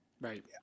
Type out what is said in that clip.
Right